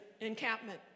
encampment